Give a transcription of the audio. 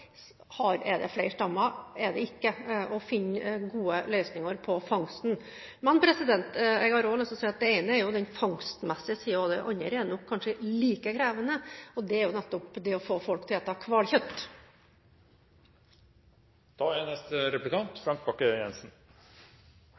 er det flere stammer, er det ikke? – og finne gode løsninger for fangsten. Jeg har også lyst til å si at det ene er den fangstmessige siden av det, men det andre er nok kanskje like krevende, og det er å få folk til